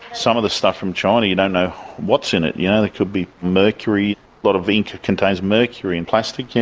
some of the stuff from china you don't know what's in it, yeah there could be mercury. a lot of ink contains mercury and plastic.